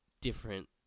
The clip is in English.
different